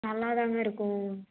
நல்லா தாங்க இருக்கும்